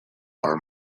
are